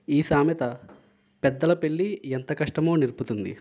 ఈ సామెత పెద్దల పెళ్లి ఎంత కష్టమో నేర్పుతుంది